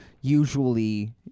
usually